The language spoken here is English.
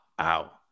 ow